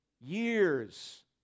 Years